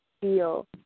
feel